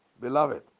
Beloved